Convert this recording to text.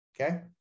Okay